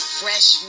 fresh